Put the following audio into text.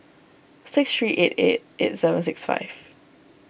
six three eight eight eight seven six five